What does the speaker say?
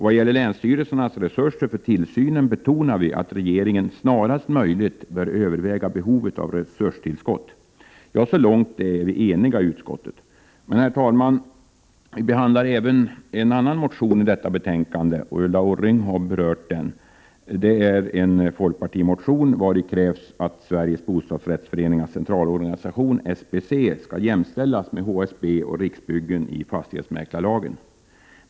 Vad gäller länsstyrelsernas resurser för tillsynen betonar vi att regeringen snarast möjligt bör överväga vad som behöver göras för att täcka behovet av resurstillskott. Så långt är vi eniga i utskottet. Men, herr talman, vi behandlar även en annan motion i detta betänkande — Ulla Orring har berört den. Det är en folkpartimotion vari krävs att Sveriges Bostadsrättsföreningars centralorganisation, SBC, skall jämställas med HSB och Riksbyggen i fastighetsmäklarlagen.